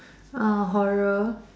uh horror